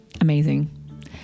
Amazing